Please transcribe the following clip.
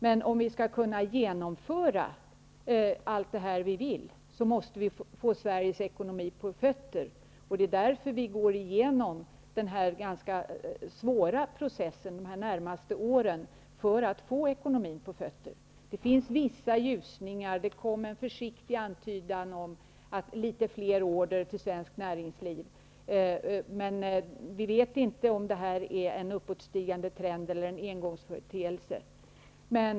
Men om vi skall kunna genomföra allt som vi vill genomföra, måste vi få Sveriges ekonomi på fötter. Det är därför som vi under de närmaste åren måste gå igenom denna svåra process. Det finns vissa ljusningar, bl.a. en försiktig antydan om litet fler order till svenskt näringsliv, men vi vet inte om det är en uppåtstigande trend eller en engångsföreteelse.